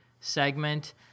segment